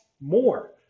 more